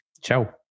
Ciao